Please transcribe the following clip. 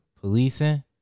Policing